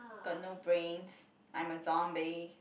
got no brains I'm a zombie